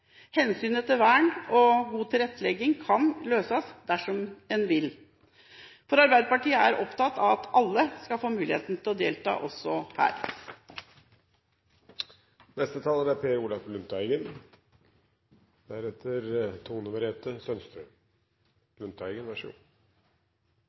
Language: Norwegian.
Hensynet til vern og god tilrettelegging kan løses dersom en vil. Arbeiderpartiet er opptatt av at alle skal få mulighet til å delta også her. Kulturlivet er